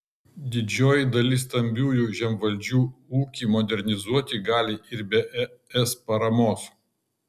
didžioji dalis stambiųjų žemvaldžių ūkį modernizuoti gali ir be es paramos